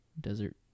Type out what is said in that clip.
desert